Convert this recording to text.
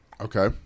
okay